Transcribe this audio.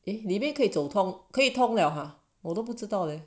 eh 里面可以走通可以通了哈我都不知道 leh